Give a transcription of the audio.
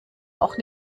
auch